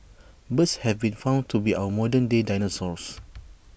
birds have been found to be our modern day dinosaurs